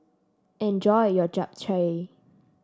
enjoy your Japchae